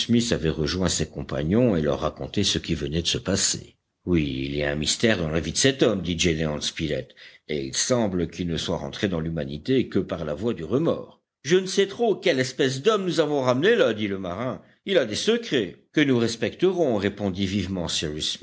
avait rejoint ses compagnons et leur racontait ce qui venait de se passer oui il y a un mystère dans la vie de cet homme dit gédéon spilett et il semble qu'il ne soit rentré dans l'humanité que par la voie du remords je ne sais trop quelle espèce d'homme nous avons ramené là dit le marin il a des secrets que nous respecterons répondit vivement